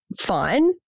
fine